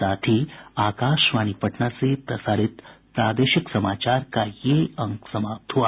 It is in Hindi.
इसके साथ ही आकाशवाणी पटना से प्रसारित प्रादेशिक समाचार का ये अंक समाप्त हुआ